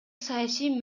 саясий